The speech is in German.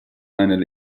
eine